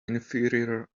inferior